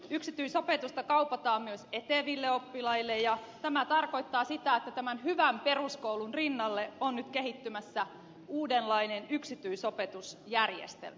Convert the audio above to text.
yksityisopetusta kaupataan myös eteville oppilaille ja tämä tarkoittaa sitä että tämän hyvän peruskoulun rinnalle on nyt kehittymässä uudenlainen yksityisopetusjärjestelmä